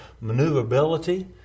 maneuverability